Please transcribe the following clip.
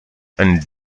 and